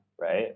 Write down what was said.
right